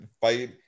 fight